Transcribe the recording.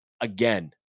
again